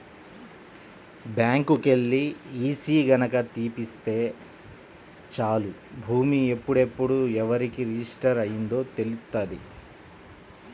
బ్యాంకుకెల్లి ఈసీ గనక తీపిత్తే చాలు భూమి ఎప్పుడెప్పుడు ఎవరెవరికి రిజిస్టర్ అయ్యిందో తెలుత్తది